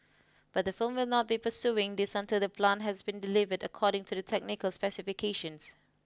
but the firm will not be pursuing this until the plant has been delivered according to the technical specifications